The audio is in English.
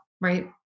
right